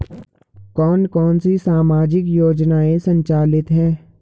कौन कौनसी सामाजिक योजनाएँ संचालित है?